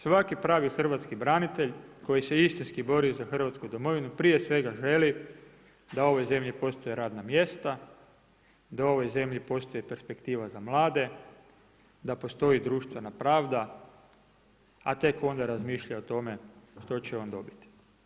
Svaki pravi hrvatski branitelj koji se istinski bori za hrvatsku domovinu prije svega želi da u ovoj zemlji postoje radna mjesta, da u ovoj zemlji postoji perspektiva za mlade, da postoji društvena pravda a tek onda razmišlja o tome što će on dobiti.